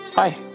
Hi